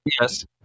Yes